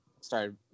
started